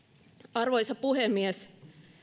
arvoisa puhemies